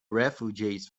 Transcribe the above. refugees